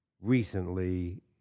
recently